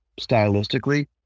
stylistically